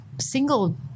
single